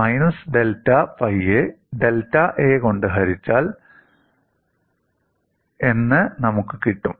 minus delta പൈയെ delta A കൊണ്ട് ഹരിച്ചാൽ എന്ന് നമുക്ക് കിട്ടും